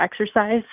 exercise